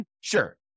Sure